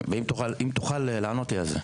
אם תוכל לענות לי על זה.